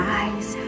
eyes